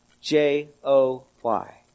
J-O-Y